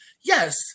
Yes